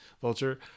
Vulture